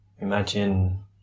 imagine